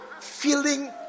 feeling